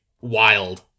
wild